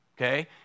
Okay